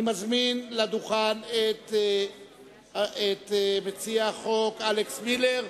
אני מזמין את מציע החוק, אלכס מילר,